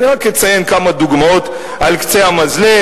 אני רק אציין כמה דוגמאות על קצה המזלג.